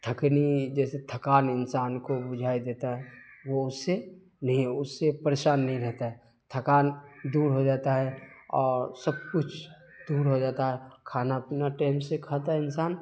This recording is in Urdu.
تھکن جیسے تھکان انسان کو بجھائی دیتا ہے وہ اس سے نہیں اس سے پریشان نہیں رہتا ہے تھکان دوڑ ہو جاتا ہے اور سب کچھ دور ہو جاتا ہے کھانا پینا ٹیم سے کھاتا ہے انسان